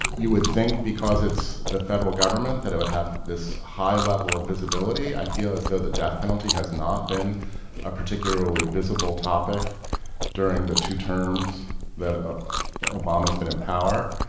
you would think because it's the federal government that it would have this high level of visibility. i feel as though the death penalty has not been a particularly visible topic during the two terms that obama's been in power.